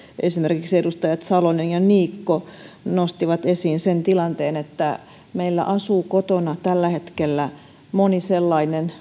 esimerkiksi edustajat salonen ja niikko nostivat esiin sen tilanteen että meillä asuu kotona tällä hetkellä moni sellainen